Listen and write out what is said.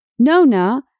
Nona